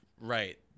right